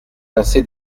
placé